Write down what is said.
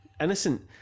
Innocent